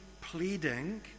pleading